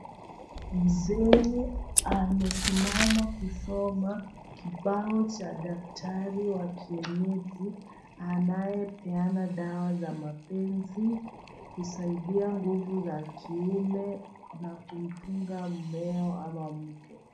Mzee amesimama kusoma kibao cha daktari wa kienyeji anayepeana dawa za mapenzi, kusaidia nguvu za kiume, kuna kumfunga mumeo ama mke.